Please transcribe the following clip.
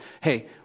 Hey